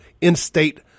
in-state